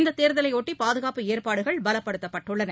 இந்ததேர்தலையொட்டிபாதுகாப்பு ஏற்பாடுகள் பலப்படுத்தப்பட்டுள்ளன